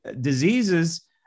diseases